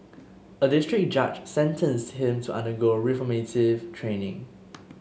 a district judge sentenced him to undergo reformative training